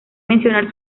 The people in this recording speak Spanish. mencionar